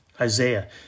Isaiah